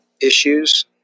issues